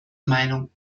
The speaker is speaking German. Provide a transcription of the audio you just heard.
meinung